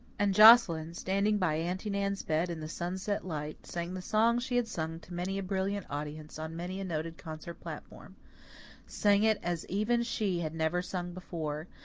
and joscelyn, standing by aunty nan's bed, in the sunset light, sang the song she had sung to many a brilliant audience on many a noted concert-platform sang it as even she had never sung before,